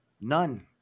none